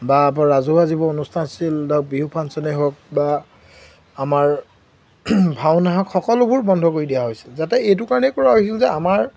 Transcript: বা আপোনাৰ ৰাজহুৱা যিবো অনুষ্ঠান আছিল ধৰক বিহু ফাংশ্যনেই হওক বা আমাৰ ভাওনা হওক সকলোবোৰ বন্ধ কৰি দিয়া হৈছিল যাতে এইটো কাৰণেই কৰা হৈছিল যে আমাৰ